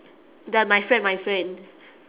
the my friend my friend